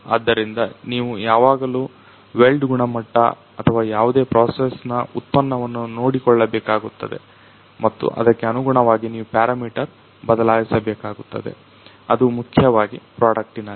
ಆದ್ದರಿಂದ ನೀವು ಯಾವಾಗಲೂ ವೆಲ್ಡ್ ಗುಣಮಟ್ಟ ಅಥವಾ ಯಾವುದೇ ಪ್ರೊಸೆಸ್ನ ಉತ್ಪನ್ನವನ್ನು ನೋಡಿಕೊಳ್ಳಬೇಕಾತ್ತದೆ ಮತ್ತು ಅದಕ್ಕೆ ಅನುಗುಣವಾಗಿ ನೀವು ಪ್ಯಾರಮೀಟರ್ ಬದಲಾಯಿಸಬೇಕಾಗುತ್ತದೆ ಅದು ಮುಖ್ಯವಾಗಿ ಪ್ರಾಡಕ್ಟ್ನಲ್ಲಿ